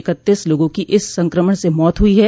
इकतीस लोगों की इस संक्रमण से मौत हुई है